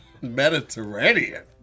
Mediterranean